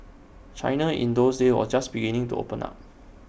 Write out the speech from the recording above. China in those days or just beginning to open up